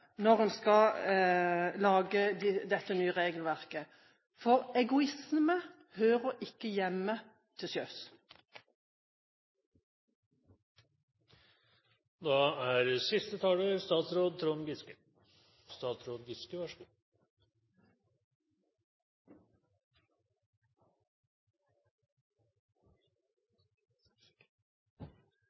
når en skal lage dette nye regelverket, for egoisme hører ikke hjemme til sjøs. Jeg takker for gode innspill, og jeg er